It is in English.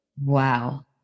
wow